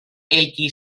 qui